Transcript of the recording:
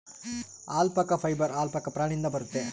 alpaca fibre alpaca ಪ್ರಾಣಿಯಿಂದ ಬರುತ್ತೆ